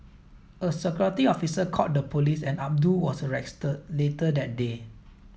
a security officer called the police and Abdul was arrested later that day